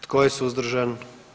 Tko je suzdržan?